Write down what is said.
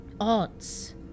odds